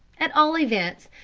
at all events,